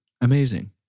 Amazing